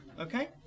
Okay